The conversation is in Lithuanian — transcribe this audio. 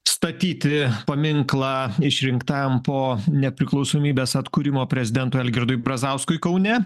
statyti paminklą išrinktam po nepriklausomybės atkūrimo prezidentui algirdui brazauskui kaune